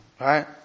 Right